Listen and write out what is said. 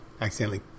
Accidentally